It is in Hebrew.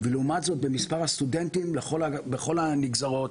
ולעומת זאת במספר הסטודנטים בכל הנגזרות,